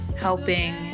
helping